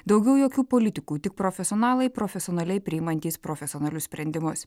daugiau jokių politikų tik profesionalai profesionaliai priimantys profesionalius sprendimus